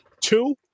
Two